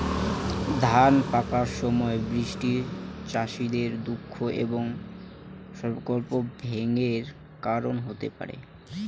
ধান পাকার সময় বৃষ্টি চাষীদের দুঃখ এবং স্বপ্নভঙ্গের কারণ হতে পারে